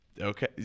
Okay